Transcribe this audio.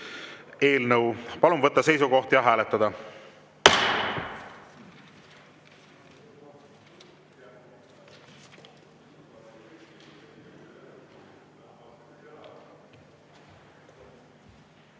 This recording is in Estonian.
eelnõu. Palun võtta seisukoht ja hääletada!